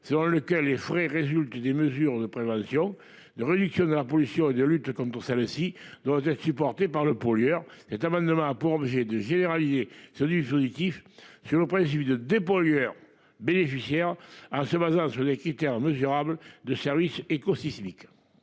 selon lequel frais résulte des mesures de prévention de réduction de la pollution et de lutte contre celle-ci doit être supportés par le pollueur. Cet amendement a pour objet de Generali. Cela dit, je kiffe sur le problème. J'ai eu 2 dépollueur bénéficiaire. Ce bazar sur l'ai critères mesurables de service et sismique.